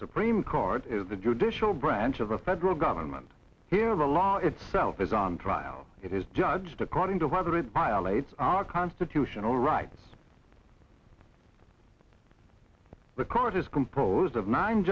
supreme court is the judicial branch of the federal government here the law itself is on trial it is judged according to whether it violates our constitutional rights the court is composed of nine